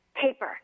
paper